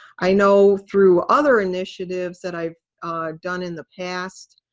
i know through other initiatives that i've done in the past,